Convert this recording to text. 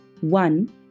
One